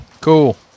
Cool